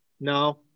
No